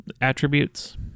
attributes